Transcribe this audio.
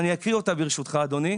אני הגשתי את הדוח של המועצה לפוסט טראומה.